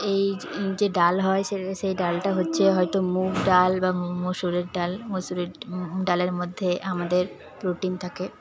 এই যে ডাল হয় সেই ডালটা হচ্ছে হয়তো মুগ ডাল বা মুসুরের ডাল মুসুরের ডালের মধ্যে আমাদের প্রোটিন থাকে